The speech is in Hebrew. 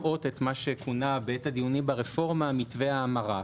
קובעות את מה שכונה בעת הדיונים ברפורמה "מתווה ההמרה",